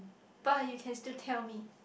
but you can still tell me